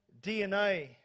DNA